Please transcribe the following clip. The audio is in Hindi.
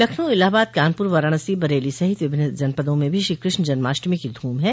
लखनऊ इलाहाबाद कानपुर वाराणसो बरेली सहित विभिन्न जनपदों में भी श्री कृष्ण जन्माष्टमी की धूम है